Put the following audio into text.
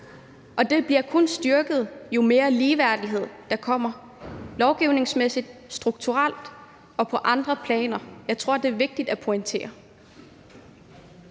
og det bliver kun styrket, jo mere ligeværdighed der kommer lovgivningsmæssigt, strukturelt og på andre planer. Det tror jeg er vigtigt at pointere.